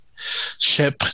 ship